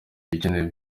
ibikenewe